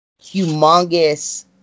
humongous